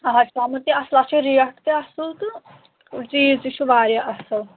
اَہ چھِ آمُت تہِ اَصٕل اَتھ چھِ ریٹ تہِ اَصٕل تہٕ چیٖز تہِ چھُ واریاہ اَصٕل